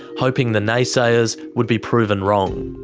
hoping the naysayers would be proven wrong.